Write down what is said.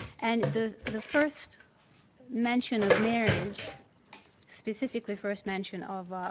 and the the first mention of marriage specifically first mention of